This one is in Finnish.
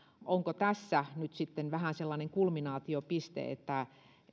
onko tässä nyt sitten vähän sellainen kulminaatiopiste että